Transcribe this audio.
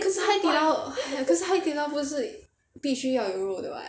可是海底捞可是海底捞不是必须要有肉的 [what]